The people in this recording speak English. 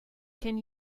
can